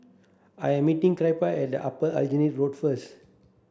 I am meeting Kyra at Upper Aljunied Road first